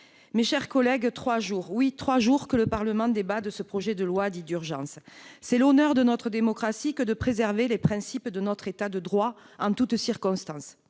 cela fait maintenant trois jours- oui, trois jours ! -que le Parlement débat de ce projet de loi dit « d'urgence ». C'est l'honneur de notre démocratie que de préserver les principes de notre État de droit dans toutes les circonstances,